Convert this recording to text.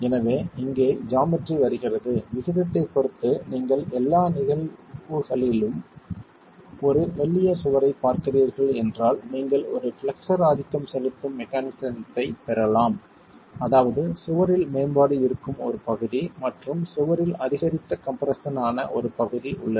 எனவே இங்கே ஜாமெட்ரி வருகிறது விகிதத்தைப் பொறுத்து நீங்கள் எல்லா நிகழ்தகவுகளிலும் ஒரு மெல்லிய சுவரைப் பார்க்கிறீர்கள் என்றால் நீங்கள் ஒரு பிளக்ஸர் ஆதிக்கம் செலுத்தும் மெக்கானிஸத்தைப் பெறலாம் அதாவது சுவரில் மேம்பாடு இருக்கும் ஒரு பகுதி மற்றும் சுவரில் அதிகரித்த கம்ப்ரெஸ்ஸன் ஆன ஒரு பகுதி உள்ளது